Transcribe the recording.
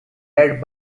led